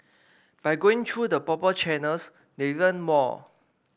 by going through the proper channels they learn more